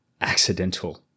accidental